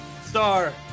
Star